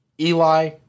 Eli